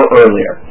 earlier